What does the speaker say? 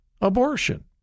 abortion